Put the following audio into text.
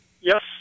Yes